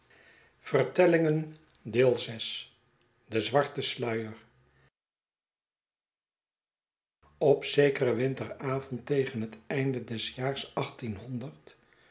de zyvarte sluier op zekeren winteravond tegen het einde des jaars